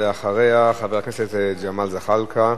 ואחריה, חבר הכנסת ג'מאל זחאלקה.